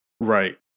Right